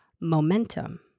momentum